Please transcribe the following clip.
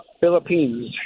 Philippines